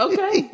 Okay